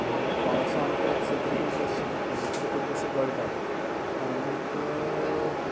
मागीर पावसांत तर सत्री घेवन बसचें पडटा इतल्यो त्यो बसी गळटात आनीक